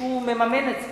מישהו מממן את זה,